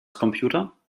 computer